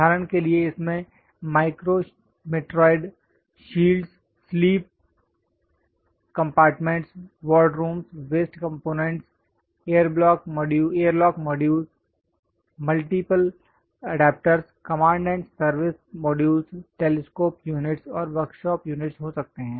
उदाहरण के लिए इसमें micrometeoroid shields sleep compartments wardrooms waste compartments airlock modules multiple adapters command and service modules telescope unit और workshop units हो सकते हैं